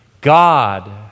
God